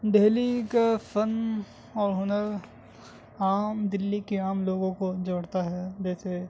دہلی کا فن اور ہنر عام دلی کے عام لوگوں کو جوڑتا ہے جیسے